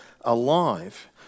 alive